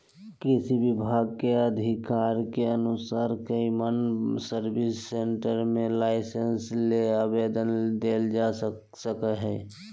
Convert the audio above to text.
कृषि विभाग के अधिकारी के अनुसार कौमन सर्विस सेंटर मे लाइसेंस ले आवेदन देल जा सकई हई